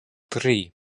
tri